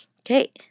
Okay